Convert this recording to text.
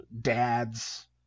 dads